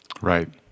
Right